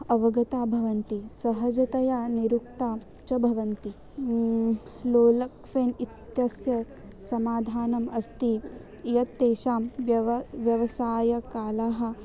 अवगताः भवन्ति सहजतया निरुक्ताः च भवन्ति लोलक्फ़ेन् इत्यस्य समाधानम् अस्ति यत् तेषां व्यव व्यवसायकालः